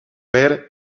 ver